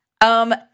Um-